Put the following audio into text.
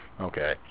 okay